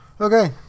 Okay